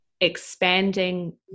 expanding